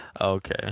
Okay